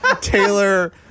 Taylor